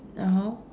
then how